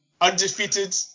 Undefeated